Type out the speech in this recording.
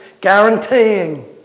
guaranteeing